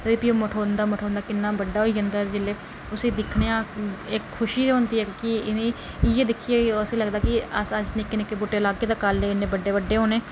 ते फ्ही ओह् मठोंदा मठोदा किन्ना बड्डा होई जंदा जेल्लै उसी दिक्खने हां असइ क खुशी ते होंदी है कि इंहे दिक्खियै इयै लगदा कि अस अज्ज निक्के निक्के बूहटे लाह्गे ते कल इंहे बड्डे बड्डे होना